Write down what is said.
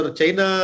China